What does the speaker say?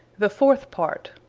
the fourth part.